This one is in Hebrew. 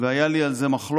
והייתה לי על זה מחלוקת,